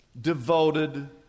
devoted